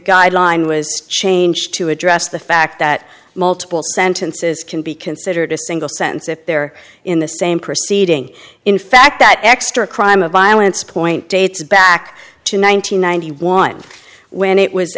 guideline was changed to address the fact that multiple sentences can be considered a single sentence if they're in the same proceeding in fact that extra crime of violence point dates back to one thousand nine hundred one when it was